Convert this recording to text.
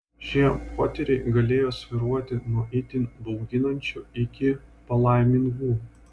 šie potyriai galėjo svyruoti nuo itin bauginančių iki palaimingų